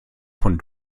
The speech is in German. von